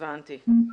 הבנתי.